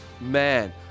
man